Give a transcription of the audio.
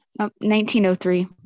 1903